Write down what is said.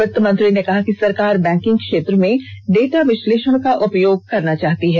वित्तमंत्री ने कहा कि सरकार बैंकिंग क्षेत्र में डेटा विश्लेषण का उपयोग करना चाहती है